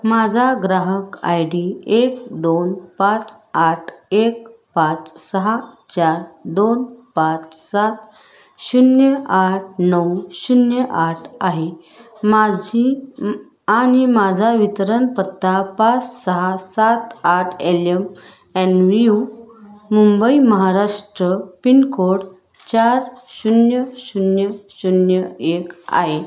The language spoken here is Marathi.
माझा ग्राहक आय डी एक दोन पाच आठ एक पाच सहा चार दोन पाच सात शून्य आठ नऊ शून्य आठ आहे माझी आणि माझा वितरण पत्ता पाच सहा सात आठ LM NVU Mumbai Maharashtra pin code चार शून्य शून्य शून्य एक आहे